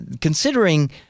considering